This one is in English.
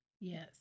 Yes